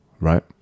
right